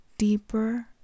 deeper